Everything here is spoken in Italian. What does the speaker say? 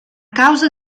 causa